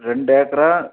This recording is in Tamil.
ரெண்டு ஏக்கரா